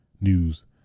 news